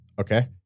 Okay